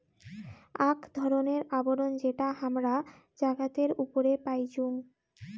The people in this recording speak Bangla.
আক ধরণের আবরণ যেটা হামরা জাগাতের উপরে পাইচুং